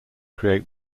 create